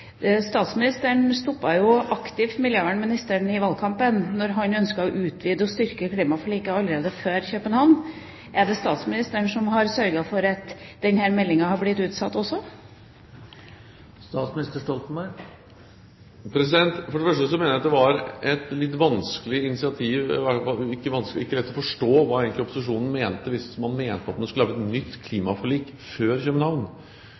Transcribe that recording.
aktivt miljøvernministeren i valgkampen når han ønsket å utvide og styrke klimaforliket før København-møtet. Er det statsministeren som har sørget for at denne meldingen er blitt utsatt også? For det første mener jeg det ikke var lett å forstå hva opposisjonen egentlig mente hvis den mente at man skulle lage et nytt klimaforlik før